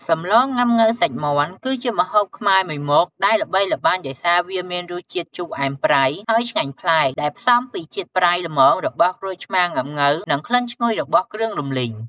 សម្លងុាំង៉ូវសាច់មាន់ គឺជាម្ហូបខ្មែរមួយមុខ ដែលល្បីល្បាញដោយសារវាមានរសជាតិជូរអែមប្រៃ ហើយឆ្ងាញ់ប្លែក ដែលផ្សំពីជាតិប្រៃល្មមរបស់ក្រូចឆ្មាងុាំង៉ូវនិងក្លិនឈ្ងុយរបស់គ្រឿងរំលីង។